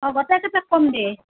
অ' গোটেই কেইটাক ক'ম দে